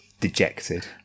dejected